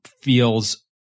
feels